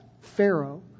Pharaoh